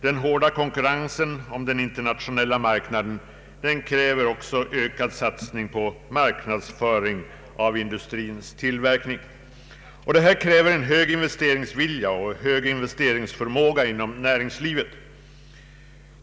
Den hårda konkurrensen om den internationella marknaden kräver också ökad satsning på marknadsföring av industrins tillverkning. Allt detta kräver en hög investeringsvilja och hög investeringsförmåga inom näringslivet.